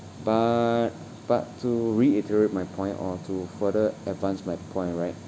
but but to reiterate my point or to further advance my point right